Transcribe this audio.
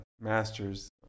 masters